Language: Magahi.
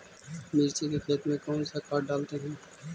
मिर्ची के खेत में कौन सा खाद डालते हैं?